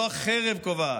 לא החרב קובעת.